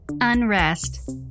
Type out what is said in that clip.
unrest